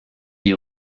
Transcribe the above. die